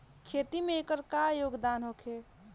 खेती में एकर का योगदान होखे?